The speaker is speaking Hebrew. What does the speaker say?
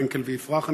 פרנקל ויפרח,